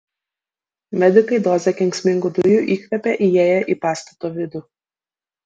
medikai dozę kenksmingų dujų įkvėpė įėję į pastato vidų